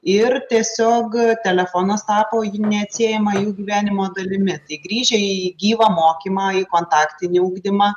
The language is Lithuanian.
ir tiesiog telefonas tapo neatsiejama jų gyvenimo dalimi tai grįžę į gyvą mokymą į kontaktinį ugdymą